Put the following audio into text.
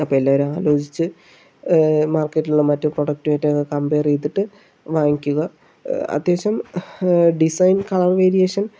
അപ്പോൾ എല്ലാവരും ആലോചിച്ച് മാർക്കറ്റിലുള്ള മറ്റു പ്രോഡക്ടുമായിട്ട് ഇത് കമ്പയർ ചെയ്തിട്ട് വാങ്ങിക്കുക അത്യാവിശ്യം ഡിസൈൻ കളർ വേരിയേഷൻ